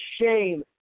shame